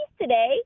today